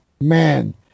man